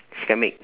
she can make